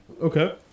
okay